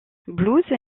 blues